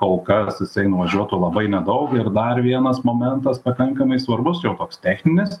kol kas jisai nuvažiuotų labai nedaug ir dar vienas momentas pakankamai svarbus jau toks techninis